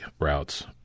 routes